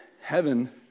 heaven